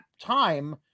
time